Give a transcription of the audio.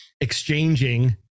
exchanging